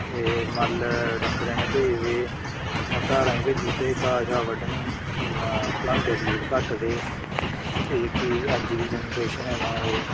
ते मालै डंगरें नै भेजदे हे धारा ई भेजी ओड़दे हे घाऽ शाऽ बड्ढने ईं इन्ना पढ़ांदे स्कूल घट्ट गै ते जेह्की अज्ज दी जनरेशन ऐ न ओह्